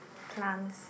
plants